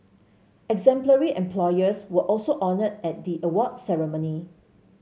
exemplary employers were also honoured at the award ceremony